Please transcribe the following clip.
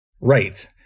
Right